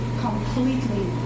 completely